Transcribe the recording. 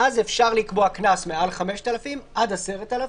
אפשר לקבוע קנס מעל 5,000 עד 10,000,